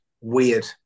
Weird